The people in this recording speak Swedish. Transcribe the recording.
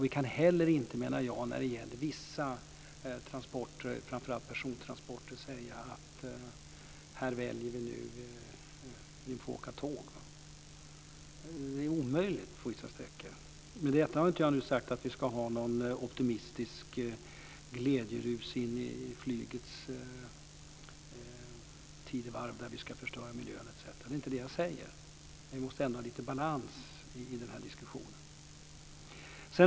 Vi kan heller inte, menar jag, när det gäller framför allt persontransporter säga: Här väljer vi att ni får åka tåg! Det är omöjligt på vissa sträckor. Med detta har jag inte sagt att vi i något optimistiskt glädjerus ska gå in i flygets tidevarv där vi ska förstöra miljön etc. Det är inte det jag säger. Men vi måste ändå ha lite balans i den här diskussionen.